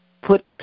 put